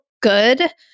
good